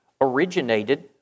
originated